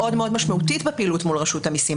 מאוד משמעותית בפעילות מול רשות המיסים.